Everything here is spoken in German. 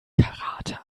karate